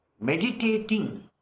meditating